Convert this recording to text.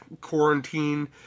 quarantine